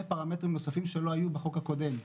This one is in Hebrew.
פרמטרים נוספים שלא היו בחוק הקודם.